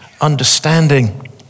understanding